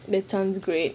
that sounds great